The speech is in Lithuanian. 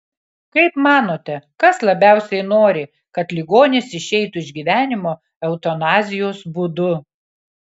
kaip manote kas labiausiai nori kad ligonis išeitų iš gyvenimo eutanazijos būdu